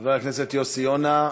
חבר הכנסת יוסי יונה,